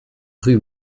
rue